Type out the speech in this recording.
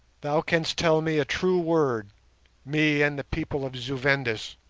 thou canst tell me a true word me and the people of zu-vendis.